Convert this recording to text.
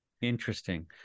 Interesting